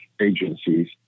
agencies